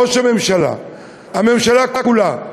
ראש הממשלה והממשלה כולה,